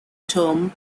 term